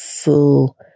full